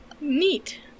Neat